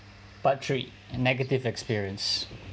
part three negative experience